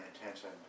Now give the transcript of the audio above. intention